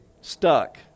stuck